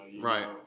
right